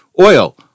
Oil